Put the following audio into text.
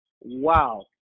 Wow